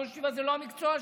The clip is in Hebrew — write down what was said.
ראש ישיבה, זה לא המקצוע שלו.